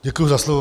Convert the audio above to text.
Děkuji za slovo.